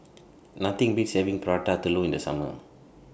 Nothing Beats having Prata Telur in The Summer